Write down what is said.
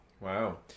Wow